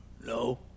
No